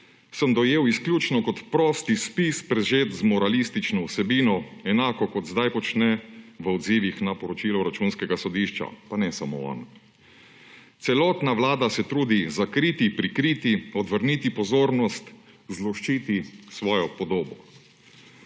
sem dojel izključno kot prosti spis, prežet z moralistično vsebino, enako kot sedaj počne v odzivih na poročilo Računskega sodišča. Pa ne samo on. Celotna vlada se trudi zakriti, prikriti, odvrniti pozornost, zloščiti svojo podobo.